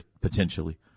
potentially